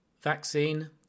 Vaccine